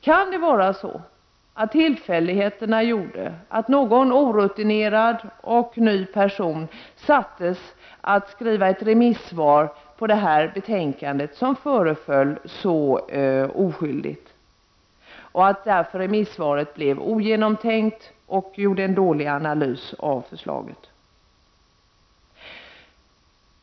Kan det vara så att tillfälligheterna gjorde att någon orutinerad person sattes att skriva ett remissvar till detta betänkande som föreföll så oskyldigt? Var det orsaken till att remissvaret blev ogenomtänkt och innehöll en ofullständig analys av förslaget?